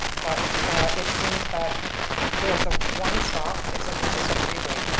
but it seems that there's a one stop, it's ah it's just a three-way,